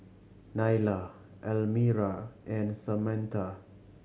Nylah Elmira and Samatha